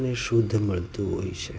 અને શુદ્ધ મળતું હોય છે